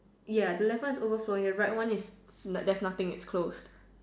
ya the left one is overflowing the right one is like there's nothing it's closed